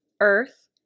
earth